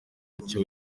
icyo